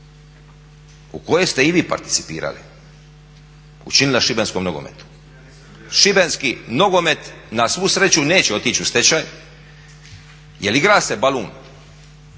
u kojoj ste i vi participirali učinila šibenskom nogometu. Šibenski nogomet na svu sreću neće otići u stečaj jer igra se balun